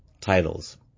titles